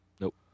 Nope